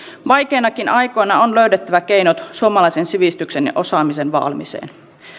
vaikeinakin aikoina on löydettävä keinot suomalaisen sivistyksen ja osaamisen vaalimiseen